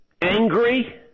angry